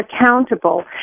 accountable